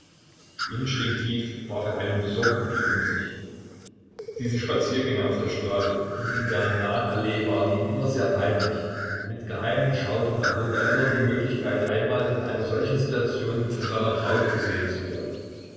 instinktiv warf er einen besorgten blick um sich diese spaziergänge auf der straße und in der nahen allee waren ihm immer sehr peinlich und mit geheimen schauder erwog er immer die möglichkeit einmal in einer solchen situation von seiner braut gesehen zu werden